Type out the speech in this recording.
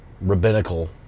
rabbinical